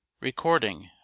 Recording